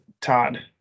Todd